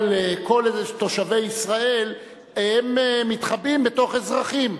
כל תושבי ישראל מתחבאים בתוך אזרחים,